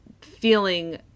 feeling